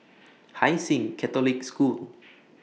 Hai Sing Catholic School